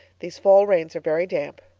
these fall rains are very damp.